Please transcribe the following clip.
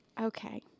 Okay